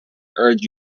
urge